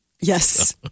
yes